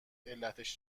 علتش